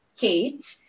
Kate